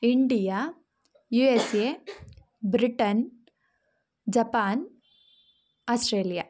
India USA Britain Japan Australia